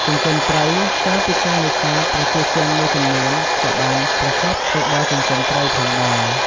ចិញ្ចឹមត្រី ក្រៅពីការនេសាទ ប្រជាជនមួយចំនួនក៏បានប្រកបរបរ ចិញ្ចឹមត្រី ផងដែរ។